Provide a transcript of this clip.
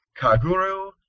Kaguru